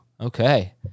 Okay